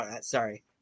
sorry